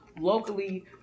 locally